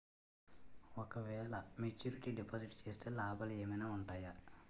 ఓ క వేల maturity deposit చేస్తే లాభాలు ఏమైనా ఉంటాయా?